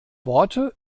worte